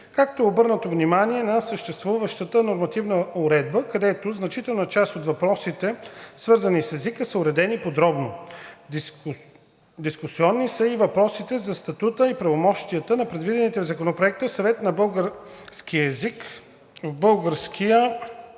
като е обърнато внимание на съществуващата нормативна уредба, където значителна част от въпросите, свързани с езика, са уредени подробно. Дискусионни са и въпросите за статута и правомощията на предвидените в Законопроекта Съвет за българския език